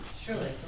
Surely